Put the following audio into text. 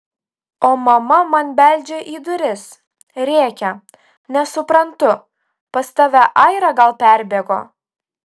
o mama man beldžia į duris rėkia nesuprantu pas tave aira gal perbėgo